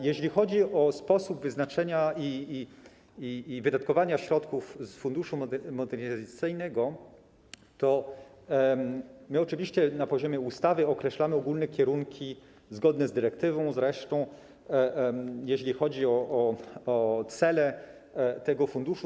Jeżeli chodzi o sposób wyznaczania i wydatkowania środków z Funduszu Modernizacyjnego, to oczywiście na poziomie ustawy określamy ogólne kierunki zgodne z dyrektywą, jeśli chodzi o cele tego funduszu.